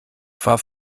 fahr